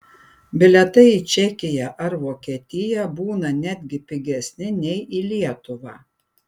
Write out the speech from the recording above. bilietai į čekiją ar vokietiją būna netgi pigesni nei į lietuvą